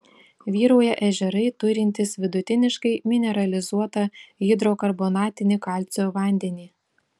vyrauja ežerai turintys vidutiniškai mineralizuotą hidrokarbonatinį kalcio vandenį